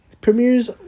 premieres